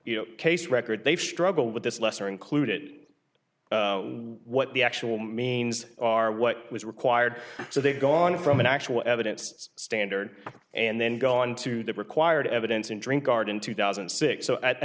you know case record they've struggled with this lesser included what the actual means are what was required so they've gone from an actual evidence standard and then go on to the required evidence and drink art in two thousand and six so i